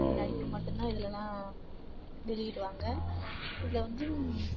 நடிப்பு மட்டும் தான் இதுலலாம் வெளியிடுவாங்க இதில் வந்து